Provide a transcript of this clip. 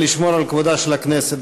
ולשמור על כבודה של הכנסת.